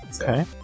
Okay